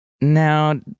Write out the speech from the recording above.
Now